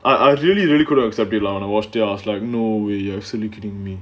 I I really really couldn't accept it lah to watch there's like no way you are actually kidding me